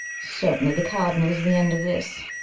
certainly, the cardinall is the end of this